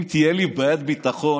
אם תהיה לי בעיית ביטחון,